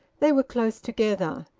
they were close together,